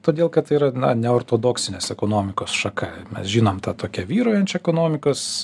todėl kad tai yra na neortodoksinės ekonomikos šaka mes žinom tą tokią vyraujančią ekonomikos